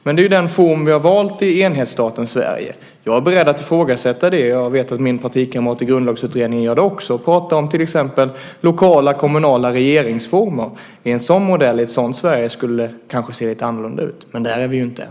Men det är den form vi har valt i enhetsstaten Sverige. Jag är beredd att ifrågasätta det. Jag vet att min partikamrat i Grundlagsutredningen också är det. Jag talar om till exempel lokala kommunala regeringsformer. I en sådan modell, i ett sådant Sverige, skulle det kanske se lite annorlunda ut. Men där är vi inte än.